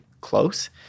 close